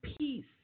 peace